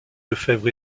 lefèvre